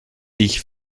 ich